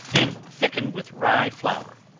and thicken with rye flour,